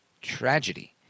Tragedy